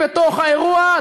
בתוך האירוע,